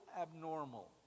abnormal